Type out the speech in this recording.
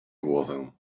głowę